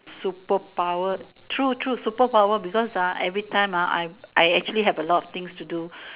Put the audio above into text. superpower true true superpower because ah every time ah I I actually have a lot of things to do